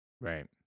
Right